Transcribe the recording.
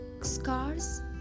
scars